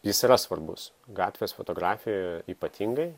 jis yra svarbus gatvės fotografijoj ypatingai